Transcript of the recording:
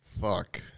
Fuck